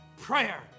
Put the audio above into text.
prayer